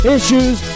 Issues